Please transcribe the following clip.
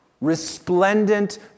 Resplendent